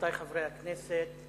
רבותי חברי הכנסת,